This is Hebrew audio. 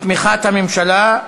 בתמיכת הממשלה.